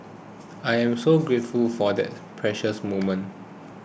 I am so grateful for that precious moment